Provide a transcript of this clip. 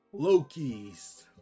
Lokis